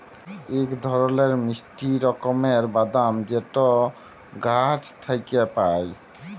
ইক ধরলের মিষ্টি রকমের বাদাম যেট গাহাচ থ্যাইকে পায়